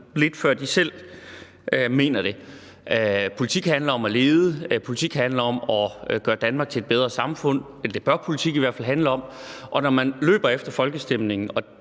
lidt før de selv mener det. Politik handler om at lede. Politik handler om at gøre Danmark til et bedre samfund, eller det bør politik i hvert fald handle om. Og når man løber efter folkestemningen,